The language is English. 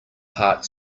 heart